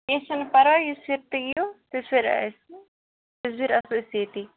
کیٚنٛہہ چھُنہٕ پرواے یُتھی تُہۍ یِیو تٔژ پھِرِ آسو أسۍ ییٚتی